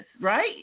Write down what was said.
right